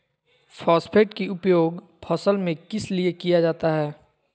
Phosphate की उपयोग फसल में किस लिए किया जाता है?